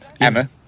Emma